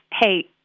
hey